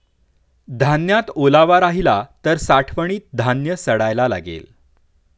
धान्यात ओलावा राहिला तर साठवणीत धान्य सडायला लागेल